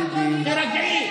אדוני, תודה.